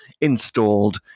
installed